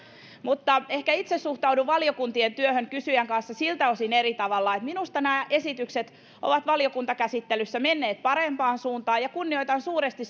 mutta ehkä itse suhtaudun valiokuntien työhön kysyjän kanssa siltä osin eri tavalla että minusta nämä esitykset ovat valiokuntakäsittelyssä menneet parempaan suuntaan ja kunnioitan suuresti